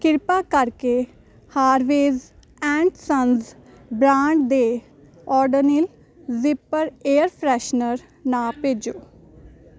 ਕਿਰਪਾ ਕਰਕੇ Harveys and sons brand ਦੇ ਓਡੋਨਿਲ ਜ਼ਿੱਪਰ ਏਅਰ ਫਰੈਸ਼ਨਰ ਨਾ ਭੇਜੋ